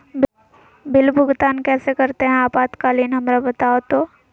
Bill भुगतान कैसे करते हैं आपातकालीन हमरा बताओ तो?